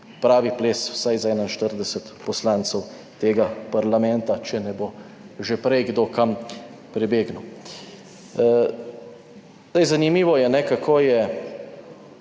pravi ples vsaj za 41 poslancev tega parlamenta, če ne bo že prej kdo kam prebegnil. Zdaj, zanimivo je, kako je,